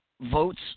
votes